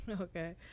Okay